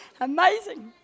Amazing